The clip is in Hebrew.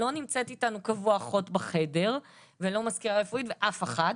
לא נמצאת איתנו קבוע אחות בחדר ולא מזכירה רפואית ואף אחת,